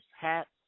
hats